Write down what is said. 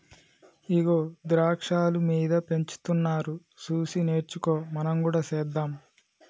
ఇగో ద్రాక్షాలు మీద పెంచుతున్నారు సూసి నేర్చుకో మనం కూడా సెద్దాం